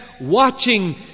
watching